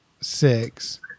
six